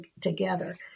together